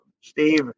Steve